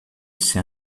esse